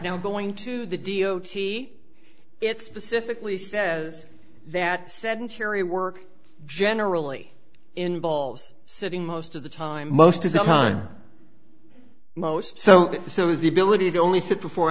now going to the d o t it specifically says that sedentary work generally involves sitting most of the time most of the time most so so is the ability to only sit before hour